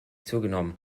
zugenommen